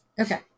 Okay